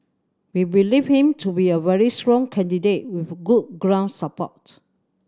we believe him to be a very strong candidate with good ground support